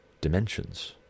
dimensions